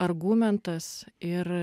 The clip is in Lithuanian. argumentas ir